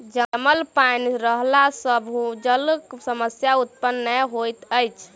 जमल पाइन रहला सॅ भूजलक समस्या उत्पन्न नै होइत अछि